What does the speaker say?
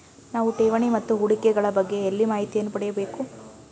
ನಾವು ಠೇವಣಿ ಮತ್ತು ಹೂಡಿಕೆ ಗಳ ಬಗ್ಗೆ ಎಲ್ಲಿ ಮಾಹಿತಿಯನ್ನು ಪಡೆಯಬೇಕು?